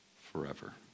forever